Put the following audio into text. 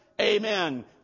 amen